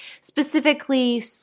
specifically